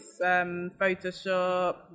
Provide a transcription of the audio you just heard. photoshop